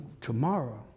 tomorrow